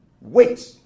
Wait